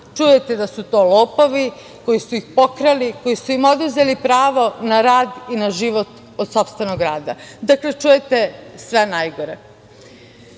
čujete da su to lopovi, koji su ih pokrali, koji su im oduzeli pravo na rad i na život od sopstvenog rada. Dakle, čujete sve najgore. Vlada